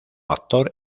actor